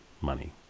money